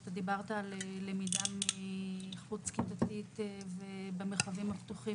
אתה דיברת על למידה חוץ כיתתית ובמרחבים הפתוחים.